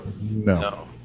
No